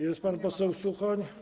Jest pan poseł Suchoń?